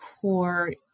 core